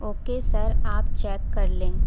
okay sir آپ check کر لیں